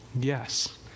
Yes